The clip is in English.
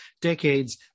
decades